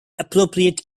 appropriate